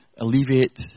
alleviate